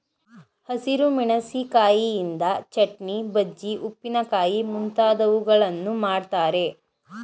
ಹಸಿರು ಮೆಣಸಿಕಾಯಿಯಿಂದ ಚಟ್ನಿ, ಬಜ್ಜಿ, ಉಪ್ಪಿನಕಾಯಿ ಮುಂತಾದವುಗಳನ್ನು ಮಾಡ್ತರೆ